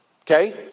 Okay